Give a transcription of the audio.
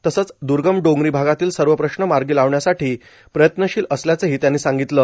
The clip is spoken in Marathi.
तसंच दूर्गम डोंगरी भागातील सर्व प्रश्न मार्गी लावण्यासाठी प्रयत्नशील असल्याचंही त्यांनी सांगितलं